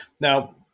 now